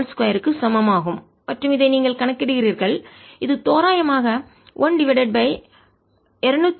83 2 க்கு சமம் ஆகும் மற்றும் இதை நீங்கள் கணக்கிடுகிறீர்கள் இது தோராயமாக 1 டிவைடட் பை 270 க்கு சமம் ஆக இருக்கும்